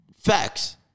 facts